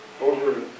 over